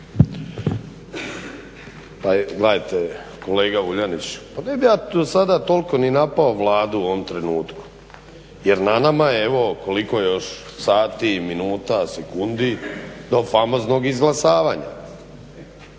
Gledajte kolega Vuljanić, pa ne bih ja do sada tolko ni napao Vladu u ovom trenutku jer na nama je evo koliko još sati i minuta, sekundi do famoznog izglasavanja.